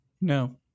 no